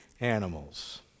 animals